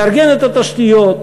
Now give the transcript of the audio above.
לארגן את התשתיות,